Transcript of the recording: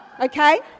Okay